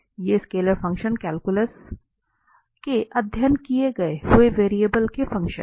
ये scalar function calculus में अध्ययन किए गए कई वेरिएबल के फ़ंक्शन हैं